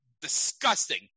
Disgusting